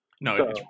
No